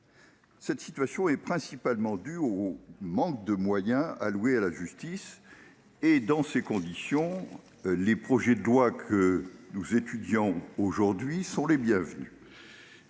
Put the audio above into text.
Cette situation est principalement due au manque de moyens alloués à la justice. Dès lors, les projets de loi que nous étudions aujourd'hui sont les bienvenus.